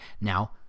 now